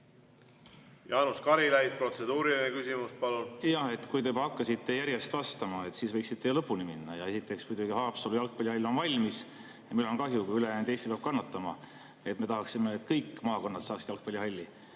Jaanus Karilaid, protseduuriline küsimus, palun! Jaa. Kui te juba hakkasite järjest vastama, siis võiksite lõpuni minna. Esiteks muidugi, Haapsalu jalgpallihall on valmis ja mul on kahju, kui ülejäänud Eesti peab kannatama. Me tahaksime, et kõik maakonnad saaksid jalgpallihalli.